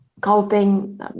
coping